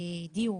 הדיור